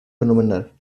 fenomenal